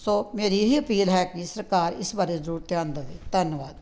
ਸੋ ਮੇਰੀ ਇਹ ਹੀ ਅਪੀਲ ਹੈ ਕਿ ਸਰਕਾਰ ਇਸ ਬਾਰੇ ਜ਼ਰੂਰ ਧਿਆਨ ਦਵੇ ਧੰਨਵਾਦ